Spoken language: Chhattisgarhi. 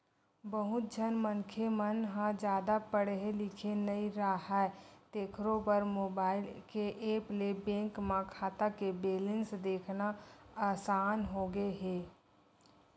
बहुत झन मनखे मन ह जादा पड़हे लिखे नइ राहय तेखरो बर मोबईल के ऐप ले बेंक खाता के बेलेंस देखना असान होगे हे